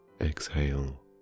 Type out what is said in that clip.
exhale